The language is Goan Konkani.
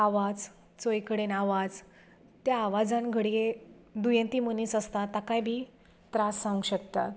आवज चोंय कडेन आवाज त्या आवाजान घडये दुयेंती मनीस आसता ताकाय बी त्रास जावंक शकता